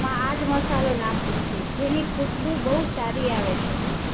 માં આ જ મસાલો નાખું છું જેની ખુશબુ બહુ સારી આવે છે